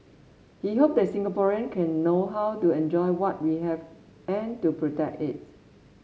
he hoped that Singaporean can know how to enjoy what we have and to protect it